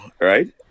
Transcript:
right